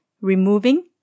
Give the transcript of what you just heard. removing